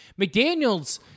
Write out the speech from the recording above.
McDaniels